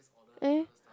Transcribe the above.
eh